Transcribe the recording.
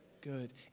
Good